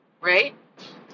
right